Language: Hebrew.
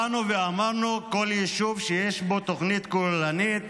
באנו ואמרנו: כל יישוב שיש בו תוכנית כוללנית